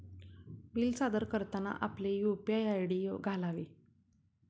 bill सादर करताना आपले यू.पी.आय आय.डी घालावे